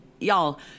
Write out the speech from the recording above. y'all